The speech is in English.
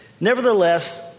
nevertheless